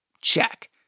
Check